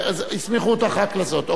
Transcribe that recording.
הסמיכו אותך רק לזאת.